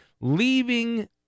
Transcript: leaving